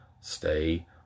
stay